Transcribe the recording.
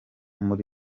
muri